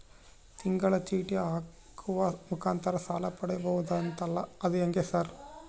ತಿಂಗಳ ಚೇಟಿ ಹಾಕುವ ಮುಖಾಂತರ ಸಾಲ ಪಡಿಬಹುದಂತಲ ಅದು ಹೆಂಗ ಸರ್?